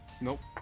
Nope